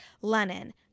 Lenin